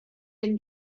been